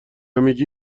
میگی